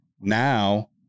Now